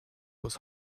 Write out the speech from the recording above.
was